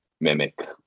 mimic